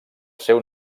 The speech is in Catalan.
seu